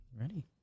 Ready